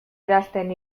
idazten